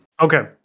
Okay